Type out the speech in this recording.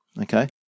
Okay